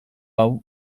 hau